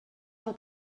del